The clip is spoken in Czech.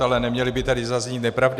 Ale neměly by tady zaznít nepravdy.